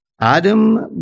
Adam